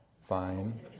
fine